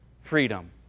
freedom